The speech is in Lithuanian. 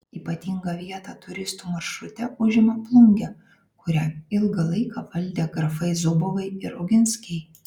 ypatingą vietą turistų maršrute užima plungė kurią ilgą laiką valdė grafai zubovai ir oginskiai